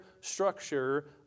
structure